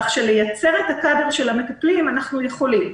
כך שלייצר את הקאדר של המטפלים אנחנו יכולים.